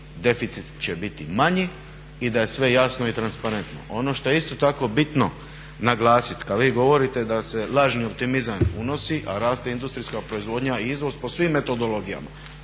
deficit će biti manji i da je sve jasno i transparentno. Ono što je isto tako bitno naglasiti kada vi govorite da se lažni optimizam unosi a raste industrijska proizvodnja i izvoz po svim metodologijama.